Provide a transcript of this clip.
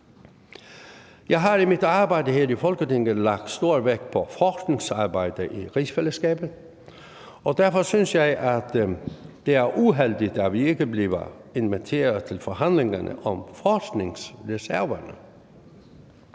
Jeg har i mit arbejde her i Folketinget lagt stor vægt på forskningsarbejde i rigsfællesskabet, og derfor synes jeg, at det er uheldigt, at vi ikke bliver inviteret til forhandlingerne om forskningsreserverne.